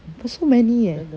but so many eh